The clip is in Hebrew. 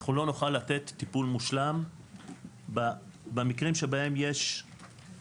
אנחנו לא נוכל לתת טיפול מושלם במקרים שבהם יש עבירות,